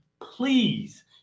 Please